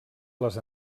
les